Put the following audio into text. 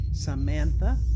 Samantha